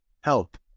help